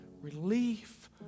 relief